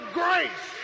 grace